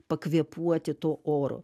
pakvėpuoti tuo oru